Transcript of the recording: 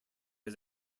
his